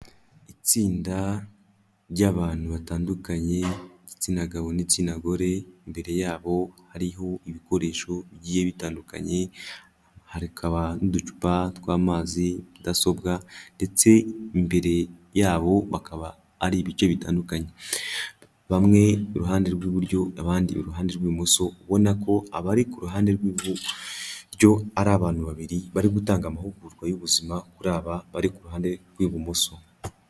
Itsinda ry'abantu batandukanye b'igitsina gabo n'igitsina gore, imbere yabo hariho ibikoresho bigiye bitandukanye, hakaba n'uducupa tw'amazi, mudasobwa ndetse imbere yabo bakaba hari ibice bitandukanye bamwe iruhande rw'iburyo, abandi iruhande rw'ibumoso, ubona ko abari ku ruhande rw'iburyo ari abantu babiri bari gutanga amahugurwa y'ubuzima kuri aba bari ku ruhande rw'ibumoso.